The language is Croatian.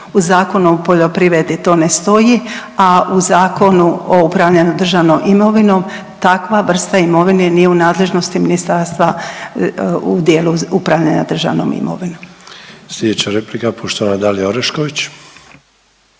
U Zakonu o poljoprivredi to ne stoji, a u Zakonu o upravljanju državno imovinom takva vrsta imovine nije u nadležnosti ministarstva, u dijelu upravljanja državnom imovinom. **Sanader, Ante (HDZ)** Slijedeća replika poštovana Dalija Orešković.